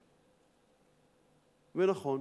ונכון,